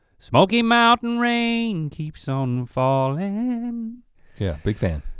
smoky mountain rain keeps on falling yeah, big fan.